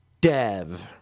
Dev